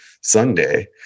Sunday